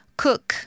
cook